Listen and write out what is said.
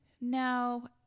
Now